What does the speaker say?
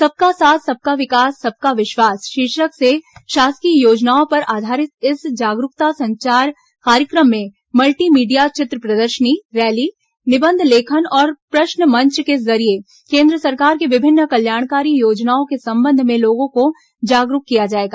सबका साथ सबका विकास सबका विश्वास शीर्षक से शासकीय योजनाओं पर आधारित इस जागरूकता संचार कार्यक्रम में मल्टी मीडिया चित्र प्रदर्शनी रैली निबंध लेखन और प्रश्न मंच के जरिये केन्द्र सरकार की विभिन्न कल्याणकारी योजनाओं के संबंध में लोगों को जागरूक किया जाएगा